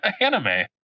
anime